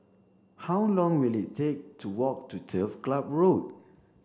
how long will it take to walk to Turf Club Road